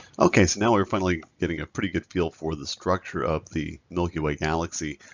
okay, so now we're finally getting a pretty good feel for the structure of the milky way galaxy.